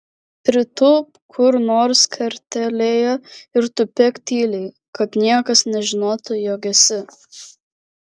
pritūpk kur nors kertelėje ir tupėk tyliai kad niekas nežinotų jog esi